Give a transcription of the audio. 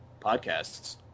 podcasts